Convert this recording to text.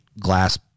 glass